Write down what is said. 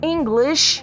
English